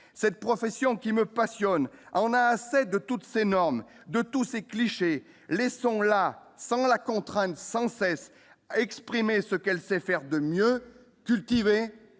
cette profession qui me passionne, en a assez de toutes ces normes de tous ces clichés, laissons-là sans la contrainte sans cesse à exprimer ce qu'elle sait faire de mieux cultiver